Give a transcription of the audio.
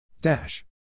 Dash